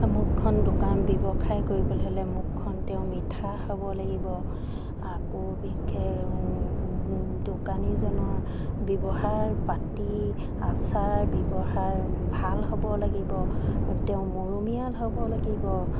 মুখখন দোকান ব্যৱসায় কৰিবলৈ হ'লে মুখখন তেওঁ মিঠা হ'ব লাগিব আকৌ বিশেষ দোকানীজনৰ ব্যৱহাৰ পাতি আচাৰ ব্যৱহাৰ ভাল হ'ব লাগিব তেওঁ মৰমীয়াল হ'ব লাগিব